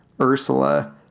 Ursula